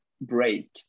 break